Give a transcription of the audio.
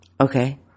Okay